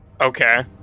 okay